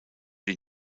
die